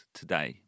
today